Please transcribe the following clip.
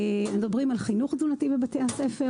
אנחנו מדברים על חינוך תזונתי בבתי הספר